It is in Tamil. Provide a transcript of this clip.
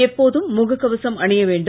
எப்போதும் முகக் கவசம் அணிய வேண்டும்